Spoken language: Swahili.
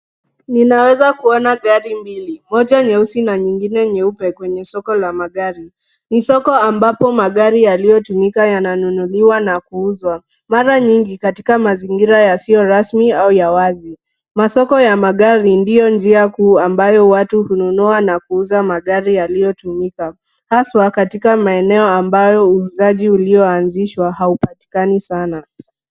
Ninaweza kuona gari mbili, moja nyeusi na nyingine nyeupe kwenye soko la magari. Ni soko ambapo magari yaliyotumika yananunuliwa na kuuzwa, mara nyingi katika mazingira yasiyo rasmi au ya wazi. Masoko ya magari ndio njia kuu ambayo watu hununua na kuuza magari yaliyotumika, haswa katika maeneo ambayo uuzaji ulionzishwa haupatikani sana.